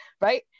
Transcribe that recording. right